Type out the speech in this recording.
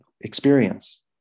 experience